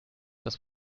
das